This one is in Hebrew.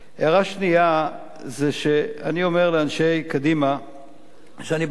הערה שנייה היא שאני אומר לאנשי קדימה שאני בטוח